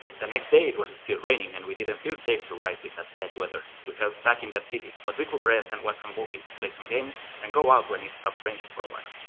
the next day it was still raining and we didn't feel safe to ride with that bad weather. we felt stuck in that city. but we could rest and watch some movies, play some games and go out when it stopped raining for a while.